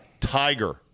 tiger